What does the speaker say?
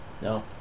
No